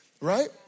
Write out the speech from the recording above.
right